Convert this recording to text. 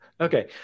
Okay